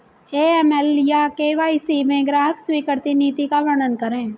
AML या KYC में ग्राहक स्वीकृति नीति का वर्णन करें?